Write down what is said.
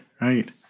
right